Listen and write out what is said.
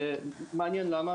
מעניין למה,